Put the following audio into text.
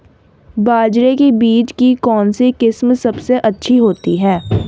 बाजरे के बीज की कौनसी किस्म सबसे अच्छी होती है?